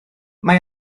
mae